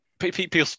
People